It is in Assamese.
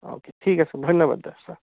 অ' কে ঠিক আছে ধন্য়বাদ